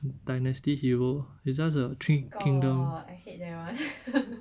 dynasty hero it's just three kingdom